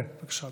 כן, בבקשה.